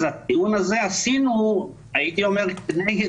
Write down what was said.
אז את הטיעון הזה עשינו הייתי אומר כנגד